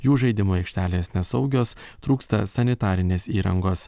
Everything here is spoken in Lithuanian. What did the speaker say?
jų žaidimų aikštelės nesaugios trūksta sanitarinės įrangos